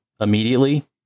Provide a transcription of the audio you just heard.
immediately